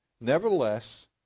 Nevertheless